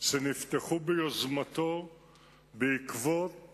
שנפתחו ביוזמתו בעקבות